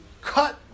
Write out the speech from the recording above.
cut